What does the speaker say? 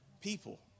people